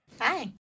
Hi